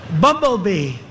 Bumblebee